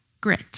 Grit